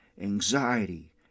anxiety